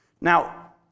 Now